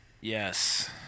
yes